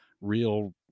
real